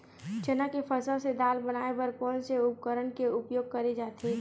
चना के फसल से दाल बनाये बर कोन से उपकरण के उपयोग करे जाथे?